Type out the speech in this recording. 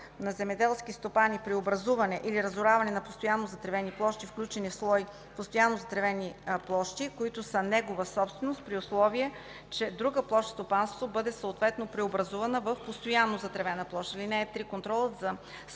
на земеделски стопанин преобразуване или разораване на постоянно затревени площи, включени в слой „Постоянно затревени площи”, които са негова собственост, при условие че друга площ в стопанството бъде съответно преобразувана в постоянно затревена площ. (3) Контролът за